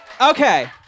Okay